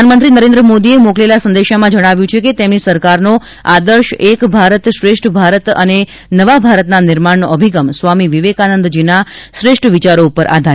પ્રધાનમંત્રી નરેન્દ્ર મોદીએ મોકલેલા સંદેશામાં જણાવ્યું છે કે તેમની સરકારનો આદર્શ એક ભારત શ્રેષ્ઠ ભારત અને નવા ભારતના નિર્માણનો અભિગમ સ્વામી વિવેકાનંદના શ્રેષ્ઠ વિચારો પર આધારિત છે